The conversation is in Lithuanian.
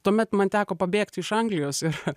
tuomet man teko pabėgti iš anglijos ir